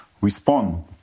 respond